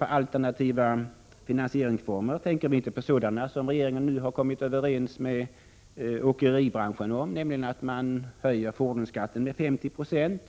Med alternativa finansieringsformer avser vi moderater inte sådana som regeringen nu har kommit överens med åkeribranschen om, nämligen att höja fordonsskatten med 50 96